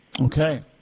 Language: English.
Okay